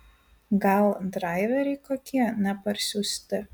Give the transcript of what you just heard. gal draiveriai kokie neparsiųsti